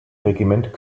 regiment